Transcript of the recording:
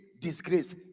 disgrace